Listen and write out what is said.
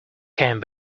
came